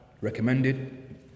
recommended